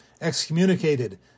excommunicated